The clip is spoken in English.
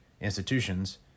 institutions